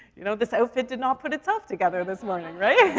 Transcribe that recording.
you know, this outfit did not put itself together this morning, right?